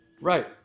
Right